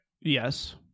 Yes